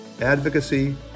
advocacy